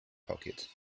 pocket